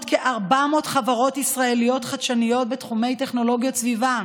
כ-400 חברות ישראליות חדשניות בתחומי טכנולוגיות הסביבה.